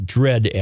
dread